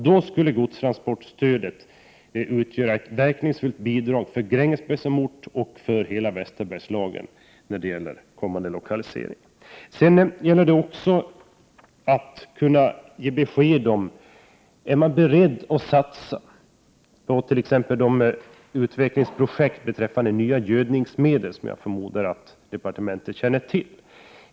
Då skulle godstransportstödet utgöra ett verkningsfullt bidrag för Grängesberg som ort och för hela Västerbergslagen. Jag skulle vilja få besked om man är beredd att satsa på t.ex. ett utvecklingsprojekt för gödningsmedel, som jag förmodar att departementet känner till.